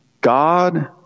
God